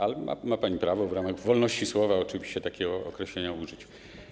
Ale ma pani prawo w ramach wolności słowa oczywiście takiego określenia użyć.